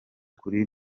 kuri